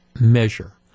measure